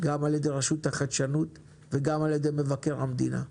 גם על ידי הרשות לחדשנות וגם על ידי מבקר המדינה.